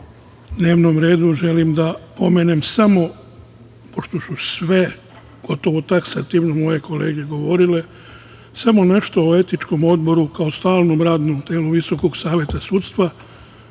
dnevnom redu želim da pomenem samo, pošto su sve gotovo taksativno kolege govorile, nešto o Etičkom odboru, kao stalnom radnom telu Visokog saveta sudstva,